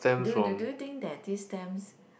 do do do you think that these stamps